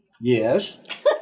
Yes